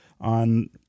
on